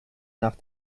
nach